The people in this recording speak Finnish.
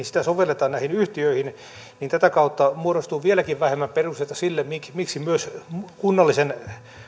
sitä sovelletaan näihin yhtiöihin niin tätä kautta muodostuu vieläkin vähemmän perusteita sille miksi miksi myös kunnallisen